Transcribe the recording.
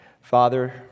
Father